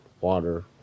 water